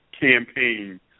campaign